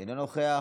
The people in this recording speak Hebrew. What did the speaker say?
אינו נוכח.